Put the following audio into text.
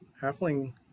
halfling